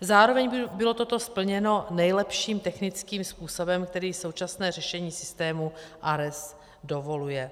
Zároveň bylo toto splněno nejlepším technickým způsobem, který současné řešení systému ARES dovoluje.